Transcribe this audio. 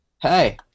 Hey